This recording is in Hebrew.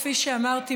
כפי שאמרתי,